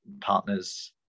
partners